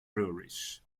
breweries